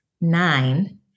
nine